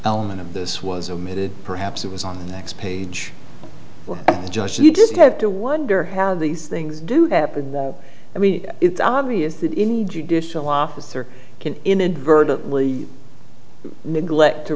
element of this was omitted perhaps it was on the next page or just you just have to wonder how these things do happen i mean it's obvious that any judicial officer can inadvertently neglect to